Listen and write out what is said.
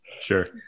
Sure